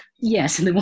Yes